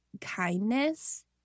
kindness